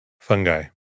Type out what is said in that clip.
Fungi